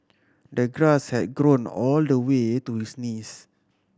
the grass had grown all the way to his knees